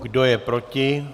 Kdo je proti?